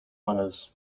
runners